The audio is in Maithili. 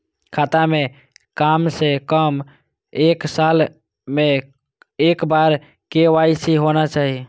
खाता में काम से कम एक साल में एक बार के.वाई.सी होना चाहि?